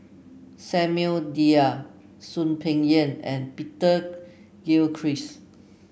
Samuel Dyer Soon Peng Yam and Peter Gilchrist